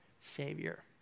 savior